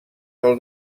del